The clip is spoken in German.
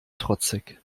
trotzig